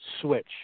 switch